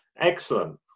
Excellent